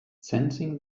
sensing